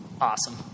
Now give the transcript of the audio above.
Awesome